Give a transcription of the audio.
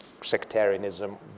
sectarianism